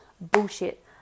Bullshit